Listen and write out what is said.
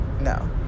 no